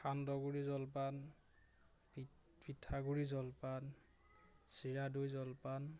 সান্দহগুড়ি জলপান পি পিঠাগুড়ি জলপান চিৰাদৈ জলপান